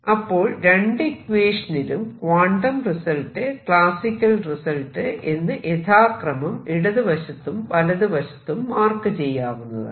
അപ്പോൾ രണ്ടു ഇക്വേഷനിലും ക്വാണ്ടം റിസൾട്ട് ക്ലാസിക്കൽ റിസൾട്ട് എന്ന് യഥാക്രമം ഇടതുവശത്തും വലതുവശത്തും മാർക്ക് ചെയ്യാവുന്നതാണ്